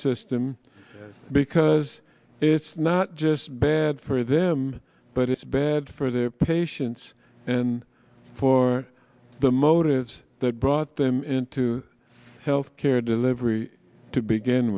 system because it's not just bad for them but it's bad for their patients and for the motives that brought them into health care delivery to begin